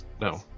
No